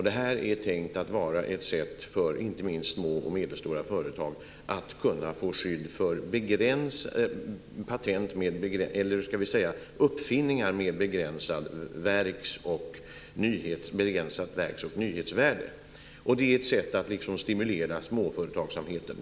Det är tänkt att vara ett sätt för inte minst små och medelstora företag att kunna få skydd för uppfinningar med begränsat verks och nyhetsvärde. Det är ett sätt att stimulera småföretagsamheten.